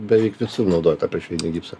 beveik visur naudoja tą priešvėjinį gipsą